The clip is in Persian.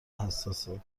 حساسه